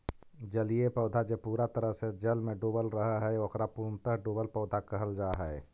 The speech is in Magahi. जलीय पौधा जे पूरा तरह से जल में डूबल रहऽ हई, ओकरा पूर्णतः डुबल पौधा कहल जा हई